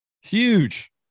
Huge